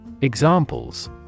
Examples